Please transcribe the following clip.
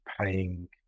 paying